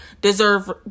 deserve